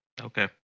Okay